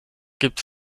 gibt